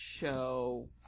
show